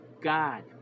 God